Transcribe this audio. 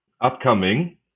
Upcoming